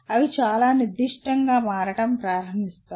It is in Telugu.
అవి చాలా నిర్దిష్టంగా మారడం ప్రారంభిస్తాయి